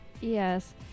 Yes